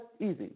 easy